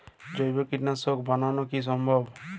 জৈব কীটনাশক বানানো কি সম্ভব?